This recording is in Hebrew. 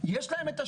יש להם את השרביט,